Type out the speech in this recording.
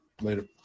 Later